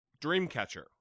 dreamcatcher